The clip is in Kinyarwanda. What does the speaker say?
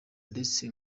ndetse